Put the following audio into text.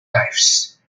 dies